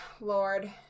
Lord